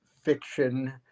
fiction